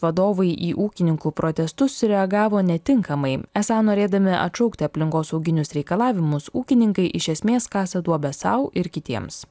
vadovai į ūkininkų protestus reagavo netinkamai esą norėdami atšaukti aplinkosauginius reikalavimus ūkininkai iš esmės kasa duobę sau ir kitiems